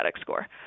score